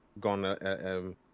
gone